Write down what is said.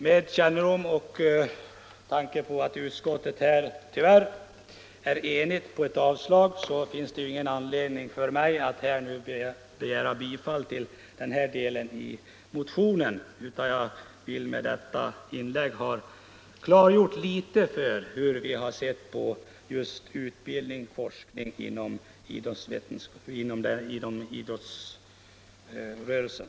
Med kännedom om och med tanke på att utskottet här tyvärr är enigt om avslag på motionerna finns det emellertid ingen anledning för mig att nu yrka bifall till den här delen i motionen. Jag har dock med detta inlägg velat klargöra hur vi har sett på frågan om utbildning och forskning inom idrottsrörelsen.